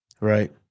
Right